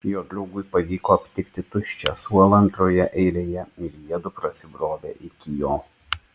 jo draugui pavyko aptikti tuščią suolą antroje eilėje ir jiedu prasibrovė iki jo